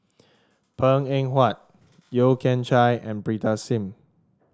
Png Eng Huat Yeo Kian Chai and Pritam Singh